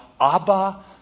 Abba